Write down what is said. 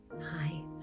Hi